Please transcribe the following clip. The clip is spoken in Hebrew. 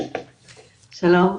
שלום.